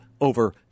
over